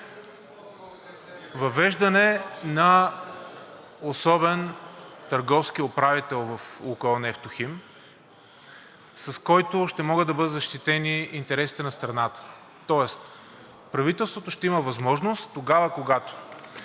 Въвеждане на особен търговски управител в „Лукойл“ Нефтохим, с който ще могат да бъдат защитени интересите на страната, тоест правителството ще има възможност тогава, когато